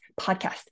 podcast